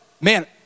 man